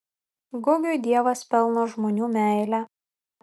gugiui dievas pelno žmonių meilę